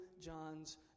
John's